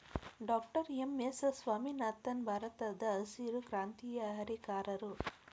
doctor M S Swaminathan ಭಾರತದಹಸಿರು ಕ್ರಾಂತಿಯ ಹರಿಕಾರರು